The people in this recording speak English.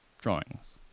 drawings